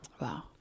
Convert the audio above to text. Wow